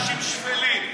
תראה כמה אתם אנשים שפלים.